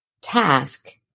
task